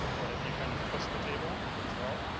but if you kind of twist the table as well?